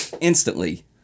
instantly